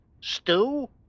Stew